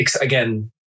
again